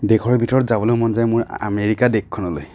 দেশৰ ভিতৰত যাবলৈ মন যায় মোৰ আমেৰিকা দেশখনলৈ